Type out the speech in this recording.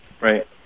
Right